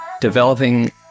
developing